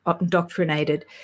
indoctrinated